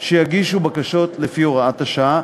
שיגישו בקשות לפי הוראת השעה,